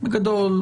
בגדול,